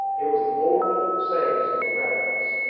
it was the oral sayings of the rabbis.